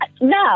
no